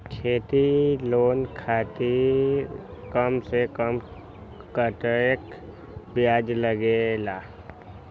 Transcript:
खेती लोन खातीर कम से कम कतेक ब्याज लगेला?